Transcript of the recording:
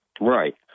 Right